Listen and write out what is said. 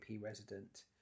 resident